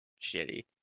shitty